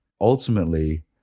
ultimately